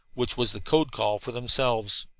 which was the code call for themselves.